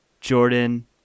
Jordan